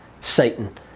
Satan